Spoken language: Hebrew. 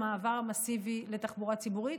המעבר המסיבי לתחבורה ציבורית.